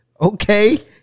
Okay